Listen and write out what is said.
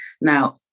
Now